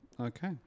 okay